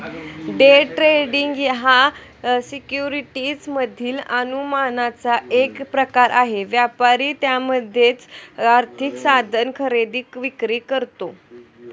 day trading हा securities मधील अनुमानाचा एक प्रकार आहे, व्यापारी त्यामध्येच आर्थिक साधन खरेदी विक्री करतो